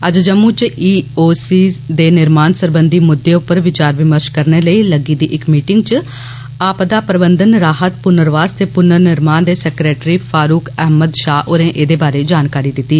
अज्ज जम्मू च E O Cs दे निर्माण सरबंधी मुद्दे उप्पर विचार विमर्ष करने लेई लग्गी दी इक मीटिंग च आपदा प्रबन्धन राहत पुर्नवास ते पुर्ननिर्माण दे सैक्रेटरी फारुक अहमद षाह होरें एहदे बारै जानकारी दिती